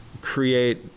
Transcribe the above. create